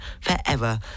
forever